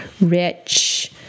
rich